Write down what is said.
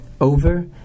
Over